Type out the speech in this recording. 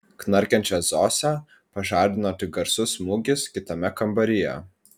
knarkiančią zosę pažadino tik garsus smūgis kitame kambaryje